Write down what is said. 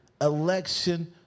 election